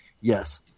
yes